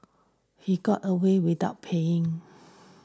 he got away without paying